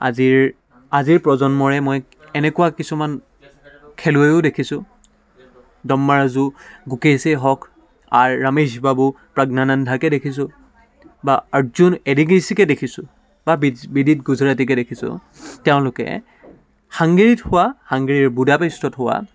আজিৰ আজিৰ প্ৰজন্মৰে মই এনেকুৱা কিছুমান খেলুৱৈও দেখিছোঁ দম্মা ৰাজু মুকেশই হওক আৰ ৰামেশ বাবু প্ৰজ্ঞা ৰন্ধাকে দেখিছোঁ বা অৰ্জুন এডিগিচিকে দেখিছোঁ বা বিদ বিদিত গুজৰাটীকে দেখিছোঁ তেওঁলোকে সাংগীত হোৱা সাংগীৰ বুদাপেষ্টত হোৱা